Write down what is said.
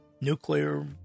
nuclear